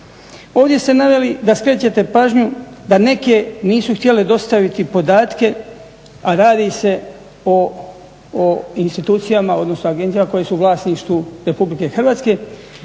Ovdje ste naveli da skrećete pažnju da neke nisu htjele dostaviti podatke, a radi se o institucijama odnosno agencijama koje su u vlasništvu RH. Čak vam